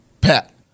Pat